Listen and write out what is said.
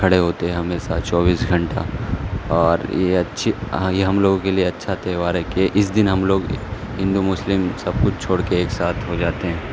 کھڑے ہوتے ہیں ہمیسہ چوبیس گھنٹہ اور یہ اچھی ہاں یہ ہم لوگوں کے لیے اچھا تیوہار ہے کے اس دن ہم لوگ ہندو مسلم سب کچھ چھوڑ کے ایک ساتھ ہو جاتے ہیں